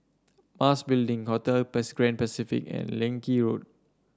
Mas Building Hotel Best Grand Pacific and Leng Kee Road